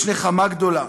אך יש נחמה גדולה,